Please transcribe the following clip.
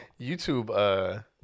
YouTube